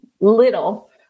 little